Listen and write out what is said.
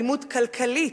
אלימות כלכלית,